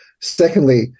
Secondly